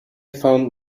found